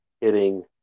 hitting